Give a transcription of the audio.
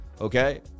okay